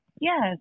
yes